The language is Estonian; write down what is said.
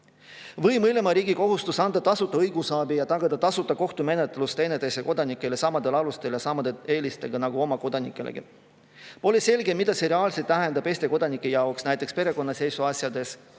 Või mõlema riigi kohustus anda tasuta õigusabi ja tagada tasuta kohtumenetlus teineteise kodanikele samadel alustel ja samade eelistega nagu oma kodanikelegi. Pole selge, mida see Eesti kodanike jaoks reaalselt tähendab näiteks perekonnaseisuasjades